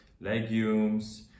legumes